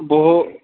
وہ